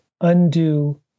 undo